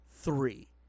three